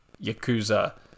Yakuza